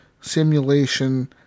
simulation